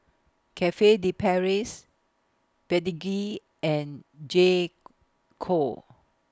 Cafe De Paris Pedigree and J Co